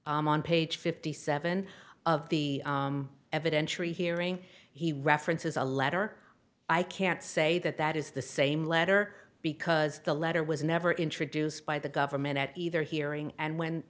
on page fifty seven of the evidentiary hearing he referenced as a letter i can't say that that is the same letter because the letter was never introduced by the government at either hearing and when